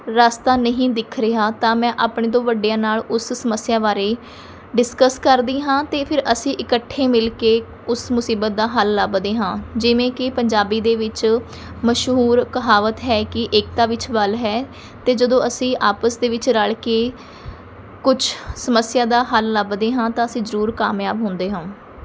ਰਸਤਾ ਨਹੀਂ ਦਿਖ ਰਿਹਾ ਤਾਂ ਮੈਂ ਆਪਣੇ ਤੋਂ ਵੱਡਿਆਂ ਨਾਲ ਉਸ ਸਮੱਸਿਆ ਬਾਰੇ ਡਿਸਕਸ ਕਰਦੀ ਹਾਂ ਅਤੇ ਫਿਰ ਅਸੀਂ ਇਕੱਠੇ ਮਿਲ ਕੇ ਉਸ ਮੁਸੀਬਤ ਦਾ ਹੱਲ ਲੱਭਦੇ ਹਾਂ ਜਿਵੇਂ ਕਿ ਪੰਜਾਬੀ ਦੇ ਵਿੱਚ ਮਸ਼ਹੂਰ ਕਹਾਵਤ ਹੈ ਕਿ ਏਕਤਾ ਵਿੱਚ ਬਲ਼ ਹੈ ਅਤੇ ਜਦੋਂ ਅਸੀਂ ਆਪਸ ਦੇ ਵਿੱਚ ਰਲ਼ ਕੇ ਕੁਝ ਸਮੱਸਿਆ ਦਾ ਹੱਲ ਲੱਭਦੇ ਹਾਂ ਤਾਂ ਅਸੀਂ ਜ਼ਰੂਰ ਕਾਮਯਾਬ ਹੁੰਦੇ ਹਾਂ